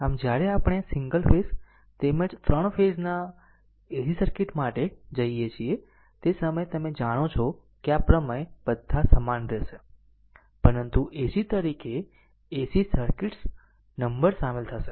આમ જ્યારે આપણે સિંગલ ફેઝ તેમજ ત્રણ ફેઝના AC સર્કિટ્સ માટે જઈએ છીએ તે સમયે તમે જાણો છો કે આ પ્રમેય બધા સમાન રહેશે પરંતુ AC તરીકે AC સર્કિટ્સ નંબર સામેલ થશે